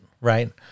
right